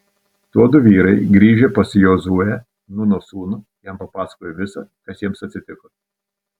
tuodu vyrai grįžę pas jozuę nūno sūnų jam papasakojo visa kas jiems atsitiko